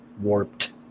warped